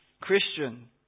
Christian